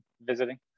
visiting